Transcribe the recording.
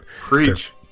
preach